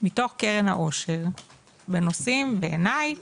מתוך קרן העושר בנושאים בעיניי